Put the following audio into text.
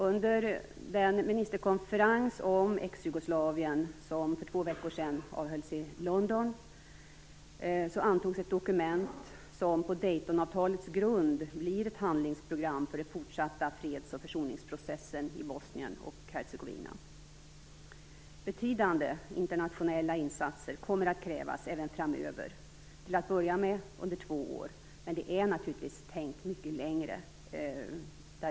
Under den ministerkonferens om Exjugoslavien som avhölls i London för två veckor sedan antogs ett dokument som på Daytonavtalets grund blir ett handlingsprogram för den fortsatta freds och försoningsprocessen i Bosnien och Hercegovina. Betydande internationella insatser kommer att krävas även framöver. Till att börja med under två år, men det behövs naturligtvis mycket längre.